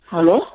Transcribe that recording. Hello